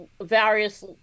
various